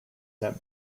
him